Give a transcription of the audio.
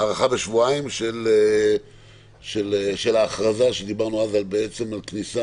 הארכה בשבועיים של ההכרזה, דיברנו אז על כניסה.